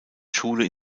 schule